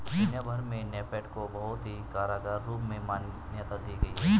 दुनिया भर में नेफ्ट को बहुत ही कारगर रूप में मान्यता दी गयी है